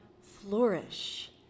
flourish